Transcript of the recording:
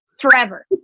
forever